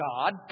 God